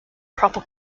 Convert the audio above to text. proper